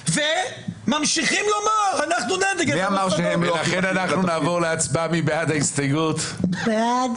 וממשיכים לומר שאנחנו נגד --- נצביע על הסתייגות 254. מי בעד?